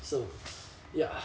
so ya